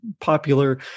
popular